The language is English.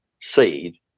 seed